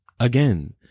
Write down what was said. again